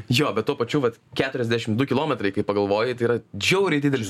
jo bet tuo pačiu vat keturiasdešim du kilometrai kai pagalvoji tai yra žiauriai didelis